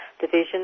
Division